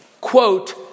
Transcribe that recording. quote